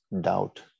doubt